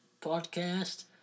podcast